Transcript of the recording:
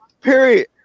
period